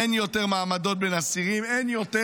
אין יותר מעמדות בין אסירים, אין יותר,